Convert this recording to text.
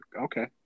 okay